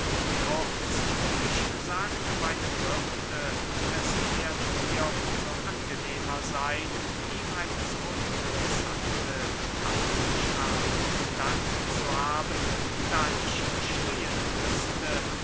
kurz ich sagte meinem wirthe es werde mir um so angenehmer seyn ihm eine so interessante bekanntschaft zu danken zu haben da ich gestehen müßte